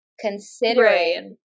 Considering